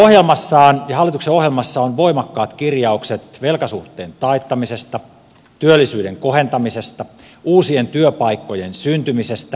hallituksen ohjelmassa on voimakkaat kirjaukset velkasuhteen taittamisesta työllisyyden kohentamisesta uusien työpaikkojen syntymisestä